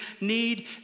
need